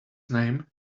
name